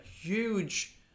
huge